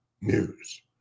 news